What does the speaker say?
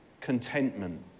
contentment